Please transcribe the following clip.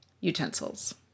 utensils